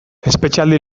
espetxealdi